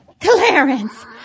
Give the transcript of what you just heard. Clarence